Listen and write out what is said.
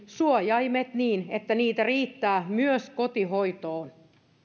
suojaimet niin että niitä riittää myös kotihoitoon